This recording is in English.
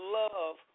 love